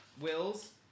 Wills